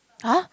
!huh!